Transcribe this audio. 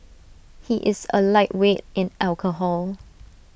he is A lightweight in alcohol